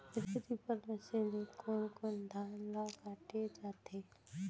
Reaper machine ले कोन कोन धान ल काटे जाथे?